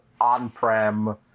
on-prem